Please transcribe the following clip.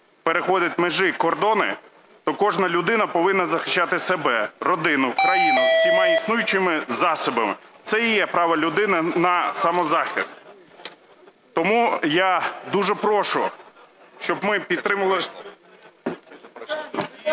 переходить межі і кордони, то кожна людина повинна захищати себе, родину, країну всіма існуючими засобами. Це і є право людини на самозахист. Тому я дуже прошу, щоб ми підтримали.